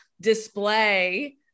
display